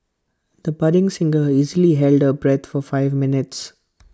the budding singer easily held her bread for five minutes